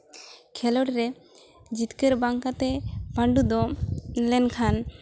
ᱠᱷᱮᱞᱳᱰ ᱨᱮ ᱡᱤᱛᱠᱟᱹᱨ ᱵᱟᱝ ᱠᱟᱛᱮᱫ ᱯᱟᱺᱰᱩ ᱫᱚ ᱞᱮᱱᱠᱷᱟᱱ